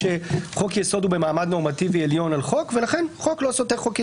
שחוק יסוד הוא במעמד נורמטיבי עליון על חוק ולכן חוק לא סותר חוק יסוד.